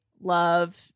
Love